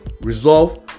resolve